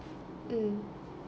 mm